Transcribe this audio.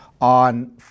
on